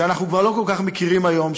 שאנחנו כבר לא כל כך מכירים היום,